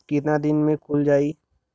कितना दिन में खुल जाई?